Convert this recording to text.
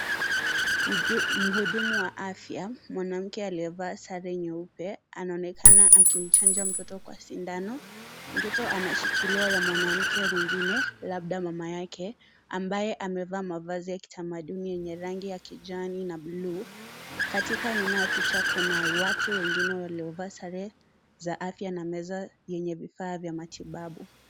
Mhudumu wa afya, mwanamke aliyevaa sare nyeupe, anaonekana akimchanja mtoto kwa sindano. Mtoto anashikiliwa na mwanamke mwingine, labda mama yake, ambaye amevaa mavazi ya kitamaduni yenye rangi ya kijani na bluu. Katika nyuma ya picha kuna watu wengine waliovaa sare za afya na meza yenye vifaa vya matibabu.